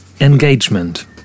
Engagement